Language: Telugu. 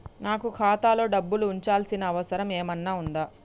నాకు ఖాతాలో డబ్బులు ఉంచాల్సిన అవసరం ఏమన్నా ఉందా?